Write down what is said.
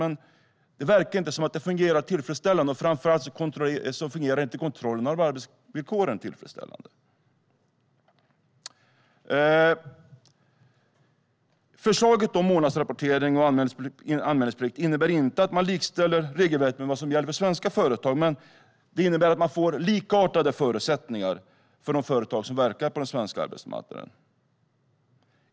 Men det verkar inte fungera tillfredsställande, framför allt inte kontrollen av arbetsvillkor. Förslaget om månadsrapportering och anmälningsplikt innebär inte att man likställer regelverket med vad som gäller för svenska företag, utan det innebär att man får likartade förutsättningar för de företag som verkar på den svenska arbetsmarknaden.